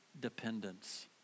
dependence